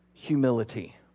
humility